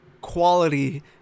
quality